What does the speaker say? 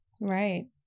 Right